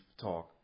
talk